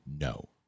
No